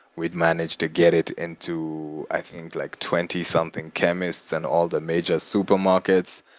we'd managed to get it into, i think, like twenty something chemists and all the major supermarkets.